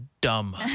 dumb